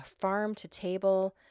farm-to-table